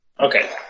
Okay